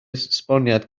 esboniad